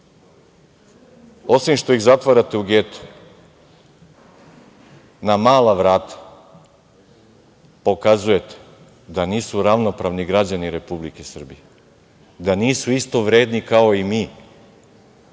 osim što ih zatvarate u geto, na mala vrata pokazujete da nisu ravnopravni građani Republike Srbije, da nisu isto vredni kao i mi,